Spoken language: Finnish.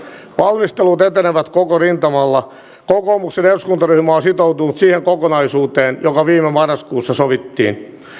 valmistelut etenevät koko rintamalla kokoomuksen eduskuntaryhmä on sitoutunut siihen kokonaisuuteen joka viime marraskuussa sovittiin